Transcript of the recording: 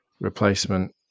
replacement